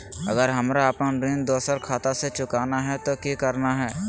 अगर हमरा अपन ऋण दोसर खाता से चुकाना है तो कि करना है?